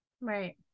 Right